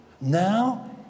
Now